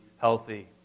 healthy